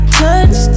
touch